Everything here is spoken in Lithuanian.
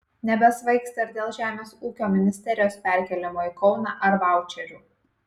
nebesvaigsta ir dėl žemės ūkio ministerijos perkėlimo į kauną ar vaučerių